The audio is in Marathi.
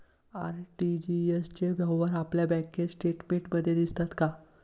आर.टी.जी.एस चे व्यवहार आपल्या बँक स्टेटमेंटमध्ये दिसतात का?